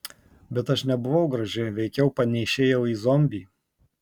bet aš nebuvau graži veikiau panėšėjau į zombį